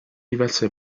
diverse